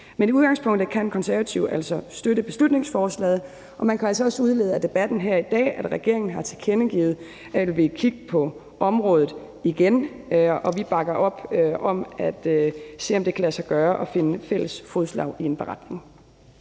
Men i udgangspunktet kan Konservative altså støtte beslutningsforslaget. Man kan altså også udlede af debatten her i dag, at regeringen har tilkendegivet at ville kigge på området igen, og vi bakker op om at se, om det kan lade sig gøre at finde fælles fodslag i en beretning.